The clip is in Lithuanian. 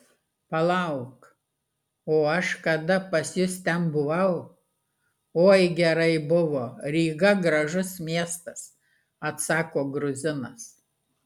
palauk o aš kada pas jus ten buvau oi gerai buvo ryga gražus miestas atsako gruzinas